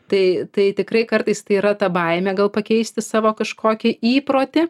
tai tai tikrai kartais tai yra ta baimė gal pakeisti savo kažkokį įprotį